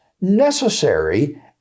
necessary